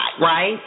right